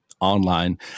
online